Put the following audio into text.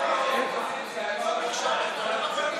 משתתפת בהצבעה ניר